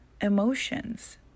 emotions